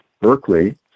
Berkeley